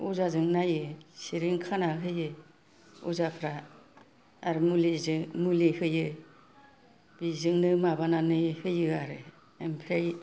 अजाजों नायो सिरिन खाना होयो अजाफ्रा आरो मुलि हायो बिजोंनो माबानानै होयो आरो ओमफ्राय